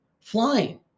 flying